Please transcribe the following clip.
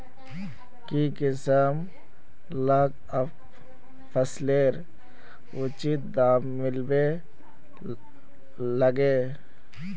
की किसान लाक फसलेर उचित दाम मिलबे लगे?